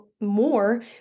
more